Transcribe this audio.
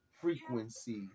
frequency